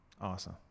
Awesome